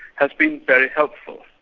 has been very helpful.